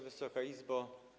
Wysoka Izbo!